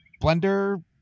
blender